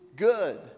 good